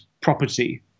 property